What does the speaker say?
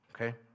Okay